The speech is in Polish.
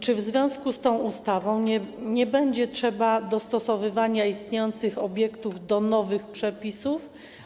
Czy w związku z tą ustawą nie będzie trzeba dostosowywać istniejących obiektów do nowych przepisów?